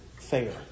fair